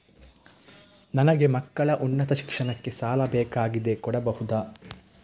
ನನಗೆ ಮಕ್ಕಳ ಉನ್ನತ ಶಿಕ್ಷಣಕ್ಕೆ ಸಾಲ ಬೇಕಾಗಿದೆ ಕೊಡಬಹುದ?